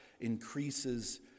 increases